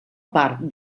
part